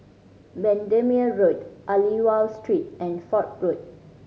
Bendemeer Road Aliwal Street and Fort Road